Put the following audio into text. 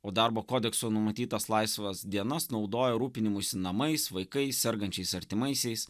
o darbo kodekso numatytas laisvas dienas naudoja rūpinimusi namais vaikais sergančiais artimaisiais